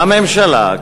הממשלה,